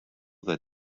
that